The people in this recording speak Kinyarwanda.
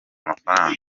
mafaranga